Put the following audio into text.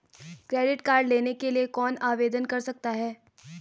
Credit card लेने के लिए कौन आवेदन कर सकता है?